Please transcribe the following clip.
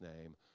name